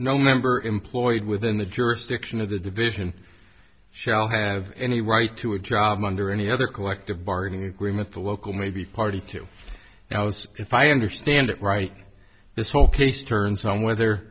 no member employed within the jurisdiction of the division shall have any right to a job under any other collective bargaining agreement the local may be party to the house if i understand it right this whole case turns on whether